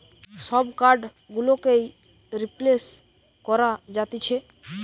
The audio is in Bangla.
সব কার্ড গুলোকেই রিপ্লেস করা যাতিছে